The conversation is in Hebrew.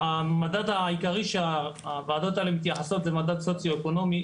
המדד העיקרי שהוועדות האלה מתייחסות זה מדד סוציואקונומי,